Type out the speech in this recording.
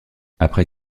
après